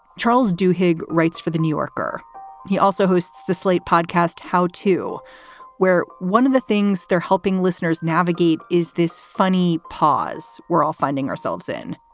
charles du hege writes for the new yorker he also hosts the slate podcast, how to wear one of the things they're helping listeners navigate. is this funny pause. we're all finding ourselves in.